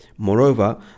Moreover